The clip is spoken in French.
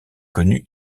connu